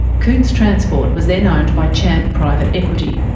cootes transport was then owned by champ private equity.